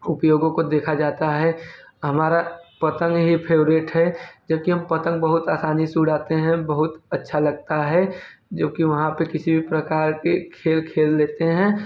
उपयोगों को देखा जाता है हमारा पतंग ही फेवरेट है जबकि हम पतंग बहुत आसानी से उड़ाते हैं बहुत अच्छा लगता है जबकि वहाँ पे किसी भी प्रकार के खेल खेल लेते हैं